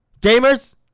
Gamers